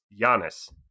Giannis